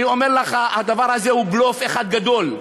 אני אומר לך, הדבר הזה הוא בלוף אחד גדול.